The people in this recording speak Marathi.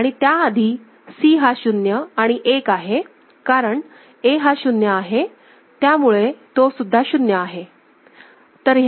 आणि त्याआधी C हा शून्य आणि एक आहे कारण A हा शुन्य आहे त्यामुळे तोसुद्धा शून्य आहे